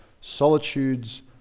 solitude's